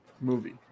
movie